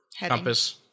compass